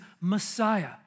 Messiah